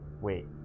Wait